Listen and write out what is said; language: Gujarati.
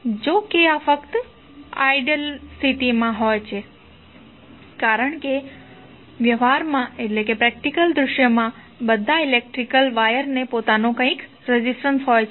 જો કે આ ફક્ત આદર્શ સ્થિતિમાં છે કારણ કે વ્યવહારુ દૃશ્યમાં બધા ઇલેક્ટ્રિકલ વાયરને પોતાનો રેઝિસ્ટન્સ હોય છે